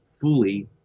fully